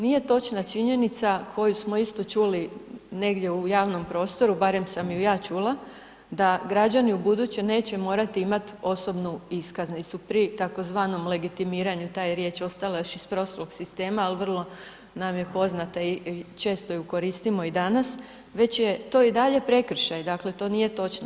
Nije točna činjenica koju smo isto čuli negdje u javnom prostoru, barem sam ju ja čula, da građani ubuduće neće morati imati osobnu iskaznicu prije tzv. legitimiranju, ta je riječ ostala još iz prošlog sistema, ali vrlo nam je poznata i često ju koristimo i danas, već je to i dalje prekršaj, dakle, to nije točno.